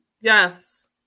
Yes